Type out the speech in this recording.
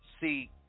see